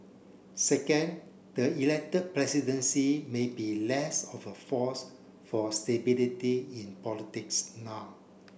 second the elected presidency may be less of a force for stability in politics now